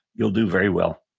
you'll do very well.